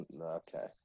okay